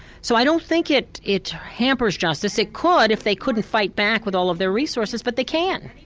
so i don't think it it hampers justice it could, if they couldn't fight back with all of their resources, but they can.